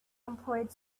employed